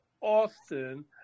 Austin